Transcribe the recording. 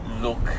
look